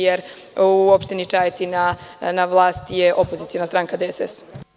Jer, u opštini Čajetina na vlasti je opoziciona stranka DSS.